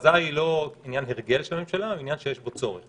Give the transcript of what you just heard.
ההכרזה היא לא עניין הרגל של הממשלה היא עניין שיש בו צורך.